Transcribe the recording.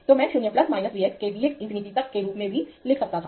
तो मैं इसे 0 V x के V x इंफिनिटी तक के रूप में भी लिख सकता था